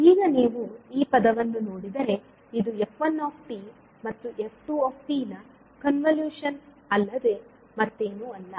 ಈಗ ನೀವು ಈ ಪದವನ್ನು ನೋಡಿದರೆ ಇದು f1 ಮತ್ತು f2 ನ ಕನ್ವಲೂಶನ್ ಅಲ್ಲದೆ ಮತ್ತೇನೂ ಅಲ್ಲ